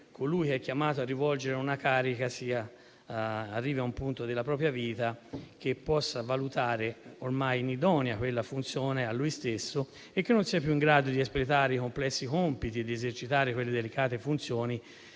colui che è chiamato a ricoprire una carica arrivi a un punto della propria vita in cui valuti ormai inidonea per lui tale funzione e che non sia più in grado di espletare i complessi compiti e di esercitare quelle delicate funzioni